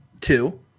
two